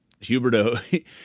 Huberto